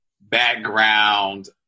background